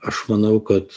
aš manau kad